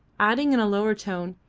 adding in a lower tone,